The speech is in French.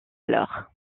alors